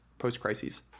post-crises